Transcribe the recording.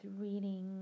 reading